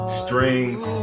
strings